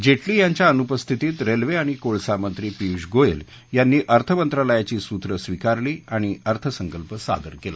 जेटली यांच्या अनुपस्थितीत रेल्वे आणि कोळसा मंत्री पियूष गोयल यांनी अर्थमंत्रालयाची सूत्रं स्वीकारली आणि अर्थसंकल्प सादर केला